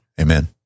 Amen